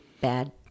bad